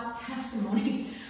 testimony